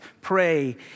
pray